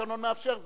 התקנון מאפשר זאת,